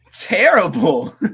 terrible